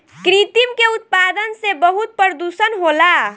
कृत्रिम के उत्पादन से बहुत प्रदुषण होला